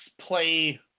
play